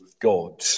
God